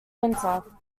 winter